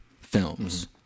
films